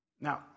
Now